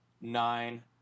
nine